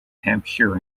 hampshire